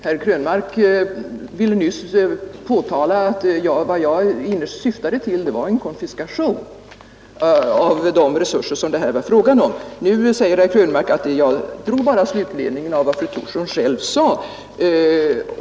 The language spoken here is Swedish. Herr Krönmark ville nyss göra gällande att vad jag innerst syftade till var en konfiskation av de resurser det här var fråga om. Nu säger herr Krönmark att han bara drog slutsatsen av vad jag själv sade.